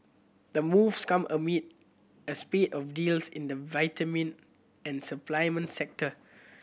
the moves come amid a spate of deals in the vitamin and supplement sector